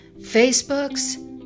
Facebooks